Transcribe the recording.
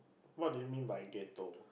what do you mean by ghetto